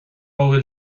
bhfuil